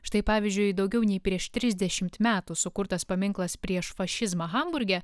štai pavyzdžiui daugiau nei prieš trisdešimt metų sukurtas paminklas prieš fašizmą hamburge